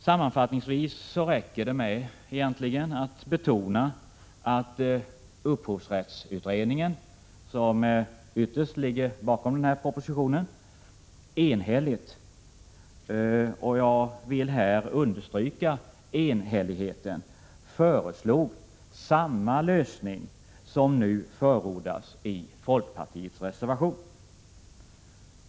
Sammanfattningsvis räcker det egentligen med att betona att upphovs | rättsutredningen enhälligt — jag vill här understryka enhälligheten — föreslog samma lösning som nu förordas i folkpartiets reservation.